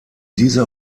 dieser